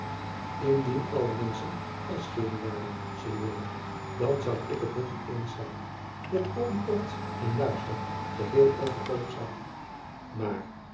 indien alle menschen wijsgeeren waren signore dan zou ik het met u eens zijn dat al die pracht en luister geheel overtollig zijn maar